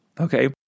Okay